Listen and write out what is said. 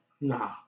nah